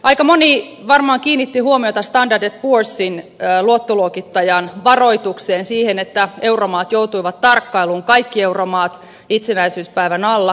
aika moni varmaan kiinnitti huomiota luottoluokittaja standard poorsin varoitukseen siihen että euromaat joutuivat tarkkailuun kaikki euromaat itsenäisyyspäivän alla